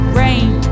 rain